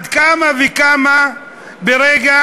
אבל מאחר